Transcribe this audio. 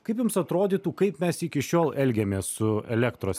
kaip jums atrodytų kaip mes iki šiol elgiamės su elektros